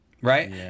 Right